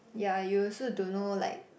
yeah you also don't know like